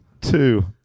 Two